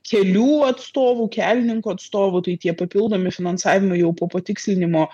kelių atstovų kelininkų atstovų tai tie papildomi finansavimai jau po patikslinimo